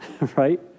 right